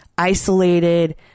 isolated